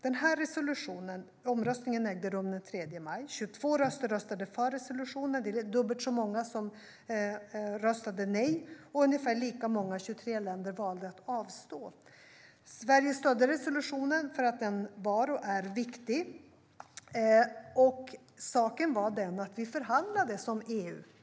Omröstningen om resolutionen ägde rum den 3 maj med 22 röster för resolutionen, vilket är dubbelt så många som röstade nej. Ungefär lika många - 23 länder - valde att avstå. Sverige stödde resolutionen för att den var och är viktig, och saken var den att vi förhandlade som EU.